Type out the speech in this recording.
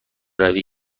روی